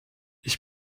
ich